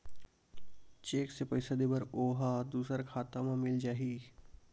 Cheque से पईसा दे बर ओहा दुसर खाता म मिल जाही?